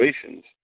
situations